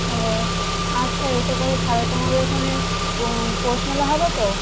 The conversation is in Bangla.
ও আচ্ছা এসব কথা ছাড়ো তোমাদের ওখানে পৌষ মেলা হবে তো